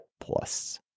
plus